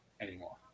anymore